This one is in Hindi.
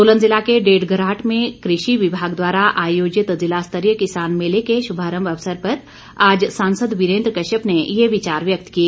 सोलन जिला के डेढ़ घराट में कृषि विभाग द्वारा आयोजित जिला स्तरीय किसान मेले के शुभारंभ पर अवसर आज सांसद वीरेंद्र कश्यप ने ये विचार व्यक्त किए